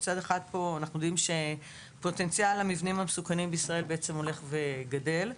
מצד אחד אנחנו יודעים שפוטנציאל המבנים המסוכנים בישראל הולך וגדל.